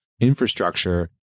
infrastructure